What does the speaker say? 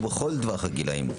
ובכל טווח הגילאים.